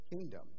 kingdom